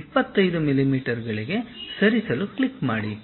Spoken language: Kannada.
25 ಮಿಲಿಮೀಟರ್ಗಳಿಗೆ ಸರಿಸಲು ಕ್ಲಿಕ್ ಮಾಡಿ